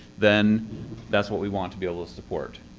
then that's what we want to be able to support.